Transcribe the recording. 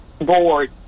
board